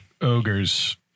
ogres